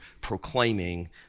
proclaiming